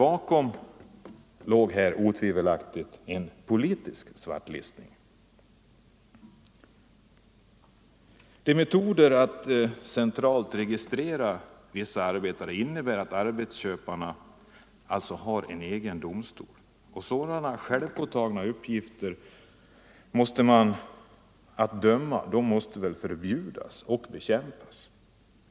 Bakom detta låg otvivelaktigt en politisk svartlistning. Metoder att centralt registrera vissa arbetare innebär att arbetsköparna har en egen domstol. Sådana självpåtagna uppgifter som att döma måste förbjudas och bekämpas.